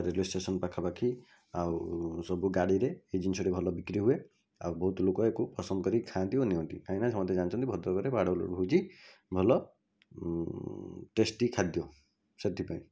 railway station ପାଖାପାଖି ଆଉ ସବୁ ଗାଡ଼ିରେ ଏ ଜିନିଷଟି ଭଲ ବିକ୍ରି ହୁଏ ଆଉ ବହୁତ୍ ଲୋକ ଏହାକୁ ପସନ୍ଦ କରି ଖାଆନ୍ତି ବା ନିଅନ୍ତି କାହିଁକିନା ସମସ୍ତେ ଜାଣିଛନ୍ତି ଭଦ୍ରକରେ ପାଳୁଅ ଲଡୁ ହେଉଛି ଭଲ ଟେଷ୍ଟି ଖାଦ୍ୟ ସେଥିପାଇଁ